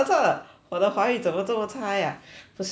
我的华语怎么这么差呀